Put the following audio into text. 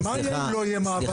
ומה יהיה אם לא יהיה מעבר?